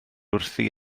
wrthi